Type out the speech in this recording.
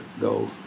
go